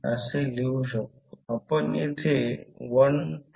5 दिले आहे आणि L1 0